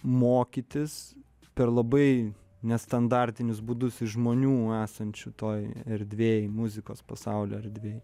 mokytis per labai nestandartinius būdus iš žmonių esančių toj erdvėj muzikos pasaulio erdvėj